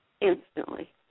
instantly